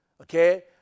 Okay